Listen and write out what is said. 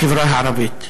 בחברה הערבית.